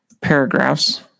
paragraphs